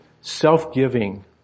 self-giving